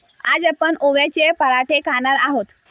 आज आपण ओव्याचे पराठे खाणार आहोत